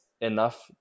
enough